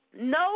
No